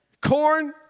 corn